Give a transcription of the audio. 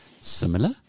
similar